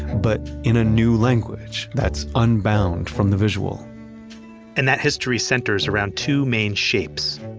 but in a new language that's unbound from the visual and that history centers around two main shapes.